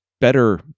better